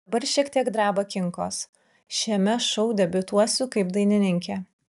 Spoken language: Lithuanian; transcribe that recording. dabar šiek tiek dreba kinkos šiame šou debiutuosiu kaip dainininkė